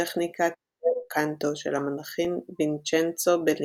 בטכניקת בל קנטו של המלחין וינצ'נצו בליני,